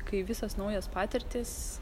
kai visos naujos patirtys